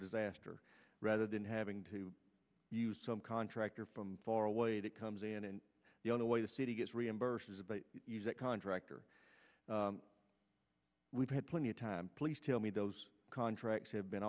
disaster rather than having to use some contractor from far away that comes in and the only way the city gets reimbursed is a contractor we've had plenty of time please tell me those contracts have been